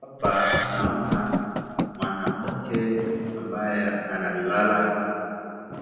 Hapa naona mwanamke anayelala